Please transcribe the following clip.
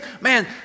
man